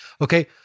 Okay